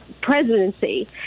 presidency